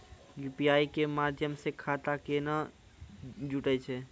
UPI के माध्यम से खाता केना जुटैय छै?